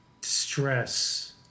stress